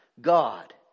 God